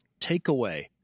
takeaway